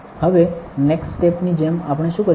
હવે હવે next step ની જેમ આપણે શું કરીશું